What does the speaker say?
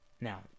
Now